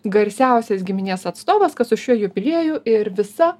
garsiausias giminės atstovas kad su šiuo jubilieju ir visa